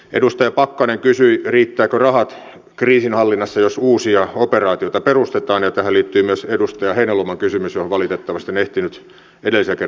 edustaja pakkanen kysyi riittävätkö rahat kriisinhallinnassa jos uusia operaatioita perustetaan ja tähän liittyi myös edustaja heinäluoman kysymys johon valitettavasti en ehtinyt edellisellä kerralla vastaamaan